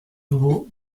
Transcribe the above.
nouveau